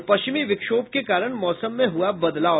और पश्चिम विक्षोभ के कारण मौसम में हुआ बदलाव